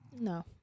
No